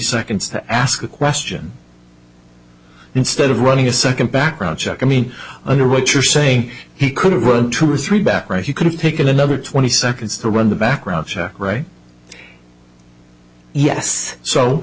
seconds to ask a question instead of running a second background check i mean under what you're saying he could have one two or three back right he could've taken another twenty seconds to run the background check right yes so